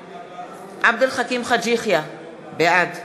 בעד עבד אל חכים חאג' יחיא, בעד